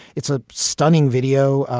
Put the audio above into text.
it's a stunning video,